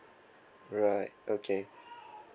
right okay